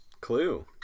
Clue